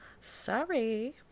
Sorry